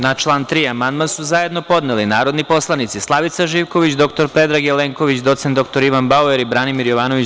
Na član 3. amandman su zajedno podneli narodni poslanici Slavica Živković, dr Predrag Jelenković, doc. dr Ivan Bauer i Branimir Jovanović.